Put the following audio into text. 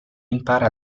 impara